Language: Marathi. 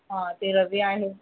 हां ते रवी आहे